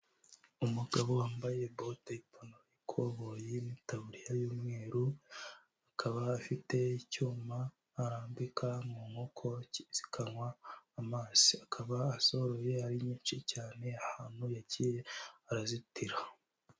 Umugabo wambaye bote, ipantaro y'ikoboye n'itaburiya y'umweru, akaba afite icyuma arambika mu nkoko zikanywa amazi, akaba asohoye ari nyinshi cyane ahantu yagiyeye arazitira.